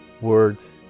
words